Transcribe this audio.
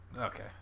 Okay